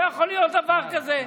לא יכול להיות דבר כזה.